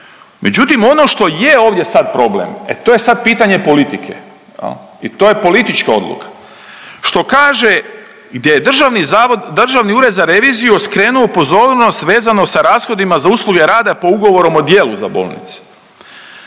Međutim ono što je ovdje sad problem, e to je sad pitanje politike jel i to je politička odluka, što kaže gdje je Državni zavod, Državni ured za reviziju skrenuo pozornost vezano sa rashodima za usluge rada po ugovorom o djelu za bolnice,